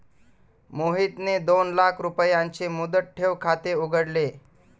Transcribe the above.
मोहितने दोन लाख रुपयांचे मुदत ठेव खाते उघडले